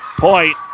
point